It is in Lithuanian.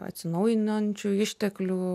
atsinaujinančių išteklių